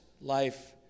life